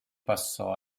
passò